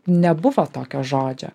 nebuvo tokio žodžio